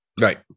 Right